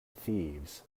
thieves